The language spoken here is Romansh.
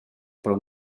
pro